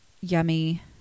yummy